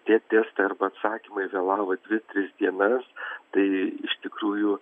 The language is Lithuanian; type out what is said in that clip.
tie testai arba atsakymai vėlavo dvi tris dienas tai iš tikrųjų